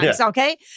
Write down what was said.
Okay